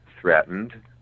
threatened